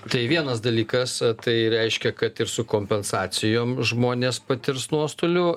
tai vienas dalykas tai reiškia kad ir su kompensacijom žmonės patirs nuostolių